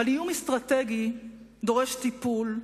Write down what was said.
אבל איום אסטרטגי דורש טיפול,